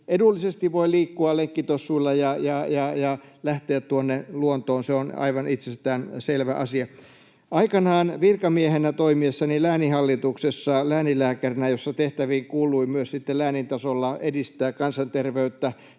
edullisesti voi liikkua lenkkitossuilla ja lähteä tuonne luontoon. Se on aivan itsestään selvä asia. Aikanaan virkamiehenä, toimiessani lääninhallituksessa lääninlääkärinä, jonka tehtäviin kuului myös läänin tasolla edistää kansanterveyttä,